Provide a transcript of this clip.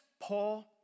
Paul